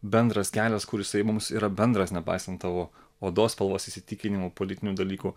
bendras kelias kur jisai mums yra bendras nepaisant tavo odos spalvos įsitikinimų politinių dalykų